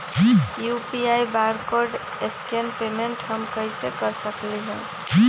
UPI barcode scan payment हम कईसे कर सकली ह?